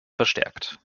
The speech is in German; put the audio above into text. verstärkt